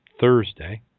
Thursday